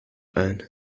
ein